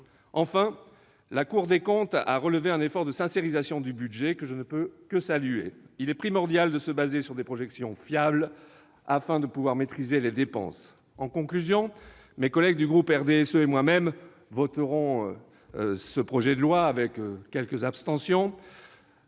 Enfin, la Cour des comptes a relevé un effort de sincérisation du budget, que je ne peux que saluer. Il est primordial de se fonder sur des projections fiables afin de pouvoir maîtriser les dépenses. En conclusion, mes collègues du groupe du RDSE et moi-même voterons- avec quelques abstentions